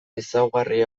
ezaugarri